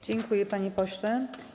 Dziękuję, panie pośle.